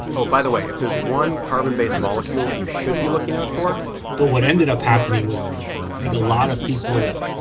oh by the way if there's one carbon-based molecule you should be looking out for but what ended up happening was i think a lot of people that,